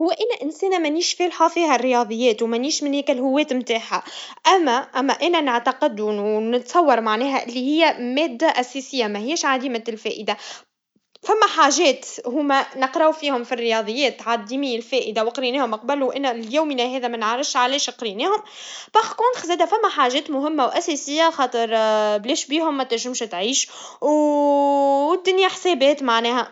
الرياضيات مادة مهمة برشة في الحياة اليومية. هي مش بس أرقام، هي تعلمنا كيف نفكر بشكل منطقي ونتعامل مع المشكلات بحلول. نستخدم الرياضيات في كل شيء: من شراء حاجة وحساب المصاريف إلى التفكير في مشاريع كبيرة. رغم صعوبتها، الرياضيات تسهل علينا العديد من الأشياء في حياتنا.